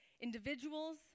individuals